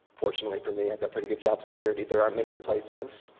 fortunately for me, i've got pretty good job security. there aren't many replacements.